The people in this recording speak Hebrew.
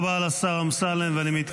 לאן היא הולכת?